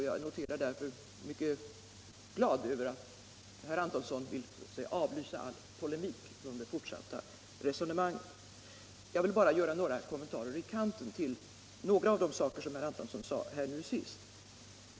Jag är därför mycket glad över att herr Antonsson vill avlysa all polemik från det fortsatta resonemanget. Jag vill bara göra några kommentarer i kanten till vad herr Antonsson sade nu senast.